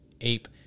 ape